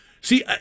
See